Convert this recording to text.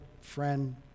friend